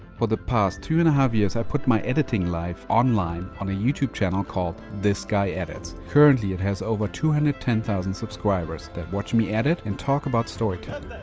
for the past two and a half years, i put my editing life online on a youtube channel called this guy edits. currently, it has over two hundred and ten thousand subscribers that watch me edit and talk about storytelling.